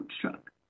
truck